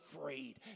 afraid